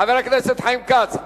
חבר הכנסת חיים כץ,